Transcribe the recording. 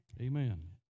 Amen